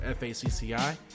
FACCI